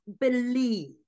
believe